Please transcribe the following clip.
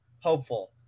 hopeful